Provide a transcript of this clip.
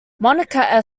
monica